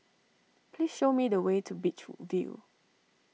please show me the way to Beach View